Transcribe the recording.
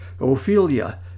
Ophelia